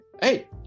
hey